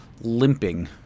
limping